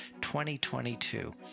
2022